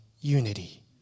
unity